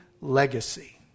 legacy